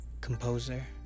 composer